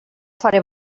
faré